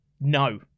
No